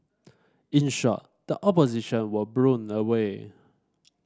in short the Opposition was blown away